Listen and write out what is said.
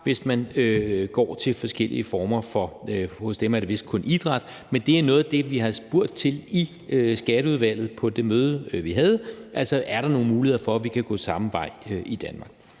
hvis man går til forskellige former for, hos dem er det vist kun idræt. Men det er noget af det, vi har spurgt til i Skatteudvalget på det møde, vi havde, altså om der er nogen muligheder for, at vi kan gå samme vej i Danmark.